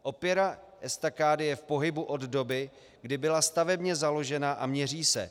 Opěra estakády je v pohybu od doby, kdy byla stavebně založena a měří se.